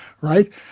Right